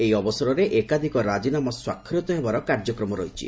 ଏହି ଅବସରରେ ଏକାଧିକ ରାଜିନାମା ସ୍ୱାକ୍ଷରିତ ହେବାର କାର୍ଯ୍ୟକ୍ମ ରହିଛି